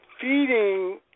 feeding